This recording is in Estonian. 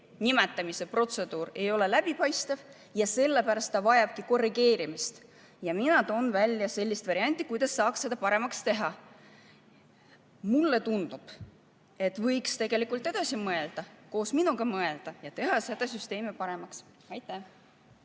nimetamise protseduur, ei ole läbipaistev ja sellepärast ta vajabki korrigeerimist. Mina toon välja sellise variandi, kuidas saaks seda paremaks teha. Mulle tundub, et võiks tegelikult edasi mõelda, koos minuga mõelda ja teha seda süsteemi paremaks. Veel